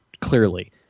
clearly